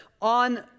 on